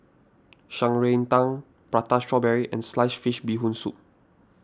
Shan Rui Tang Prata Strawberry and Sliced Fish Bee Hoon Soup